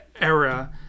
era